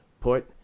put